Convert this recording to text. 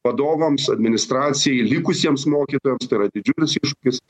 vadovams administracijai likusiems mokytojams tai yra didžiulis iššūkis